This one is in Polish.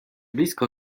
blisko